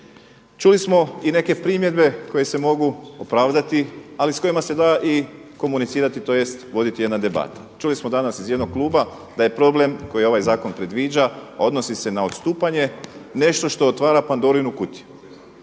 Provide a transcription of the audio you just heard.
Čuli smo i neke primjedbe koje se mogu opravdati, ali s kojima se da i komunicirati tj. voditi jedna debata. Čuli smo danas iz jednog kluba da je problem koji ovaj zakon predviđa, a odnosi se na odstupanje nešto što otvara Pandorinu kutiju.